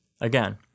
Again